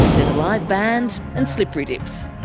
there's a live band and slippery dips.